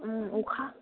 ओम अखा